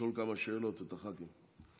לשאול כמה שאלות, לח"כים.